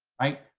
right?